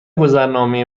گذرنامه